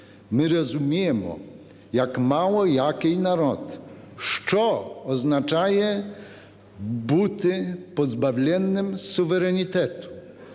Ми розуміємо, як мало який народ, що означає бути позбавленим суверенітету,